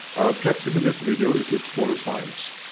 our objective in this video is to explore the science.